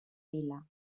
vila